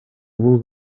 бул